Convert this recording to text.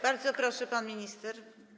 Bardzo proszę, pan minister.